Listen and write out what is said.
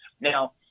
Now